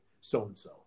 so-and-so